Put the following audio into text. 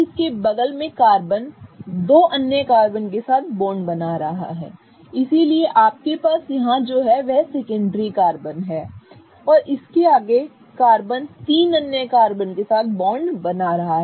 इसके बगल में कार्बन दो अन्य कार्बन के साथ बॉन्ड बना रहा है इसलिए आपके पास यहां जो है वह एक सेकेंडरी कार्बन है और इसके आगे कार्बन तीन अन्य कार्बन के साथ बॉन्ड बना रहा है